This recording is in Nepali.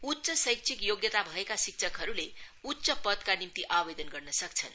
उच्च शैक्षिक योग्यता भएका शिक्षकहरूले उच्च पद्का निम्ति आवेदन गर्नसक्छन्